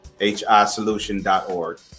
hisolution.org